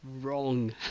wrong